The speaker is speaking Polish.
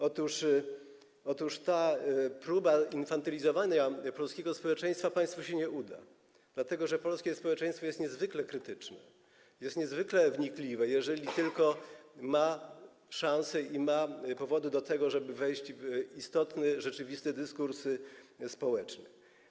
Otóż ta próba infantylizowania polskiego społeczeństwa państwu się nie uda, dlatego że polskie społeczeństwo jest niezwykle krytyczne, jest niezwykle wnikliwe, jeżeli tylko ma szansę i jeżeli ma powody do tego, żeby wejść w rzeczywisty istotny dyskurs społeczny.